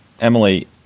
Emily